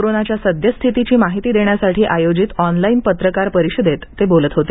कोरोनाच्या सद्यस्थितीची माहिती देण्यासाठी आयोजित ऑनलाइन पत्रकार परिषदेत राव बोलत होते